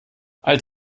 als